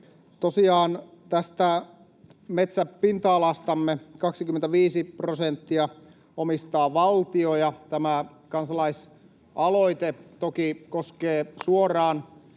Tosiaan tästä metsäpinta-alastamme 25 prosenttia omistaa valtio, ja tämä kansalaisaloite toki koskee suoraan